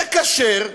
זה, כשר.